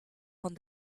von